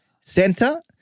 Center